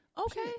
okay